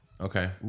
Okay